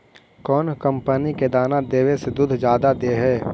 कौन कंपनी के दाना देबए से दुध जादा दे है?